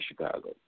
Chicago